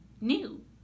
new